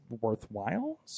worthwhile